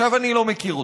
עכשיו אני לא מכיר אותך.